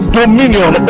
dominion